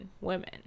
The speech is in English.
women